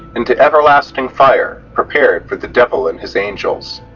into everlasting fire, prepared for the devil and his angels